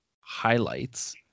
highlights